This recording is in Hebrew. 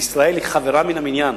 וישראל היא חברה מן המניין